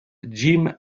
jim